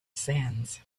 sands